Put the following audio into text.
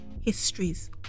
histories